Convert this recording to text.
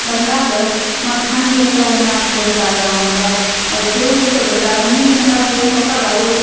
ಬಂದಾಗ ಮತ್ತೆ ಹಂಗೆ ಏನರ ಒಮ್ಮೆ ಅಸ್ತವ್ಯಸ್ತ ಆದ್ರೆ ಹಂಗೆ ಶುರುವಿಟ್ಟು ಬಿಡ್ತಾರೆ ಮನೆ ಮಠ ಬೇಕು ಅಂತ ಹೊಕ್ಕಾರ್ ಅವ್ರು